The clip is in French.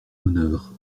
honneur